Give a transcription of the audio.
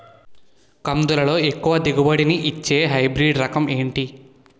కందుల లో ఎక్కువ దిగుబడి ని ఇచ్చే హైబ్రిడ్ రకం ఏంటి?